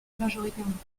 majoritairement